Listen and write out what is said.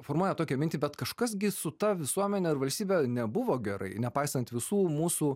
formuoja tokią mintį bet kažkas gi su ta visuomene ar valstybe nebuvo gerai nepaisant visų mūsų